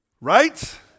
right